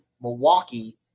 Milwaukee